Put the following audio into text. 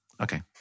okay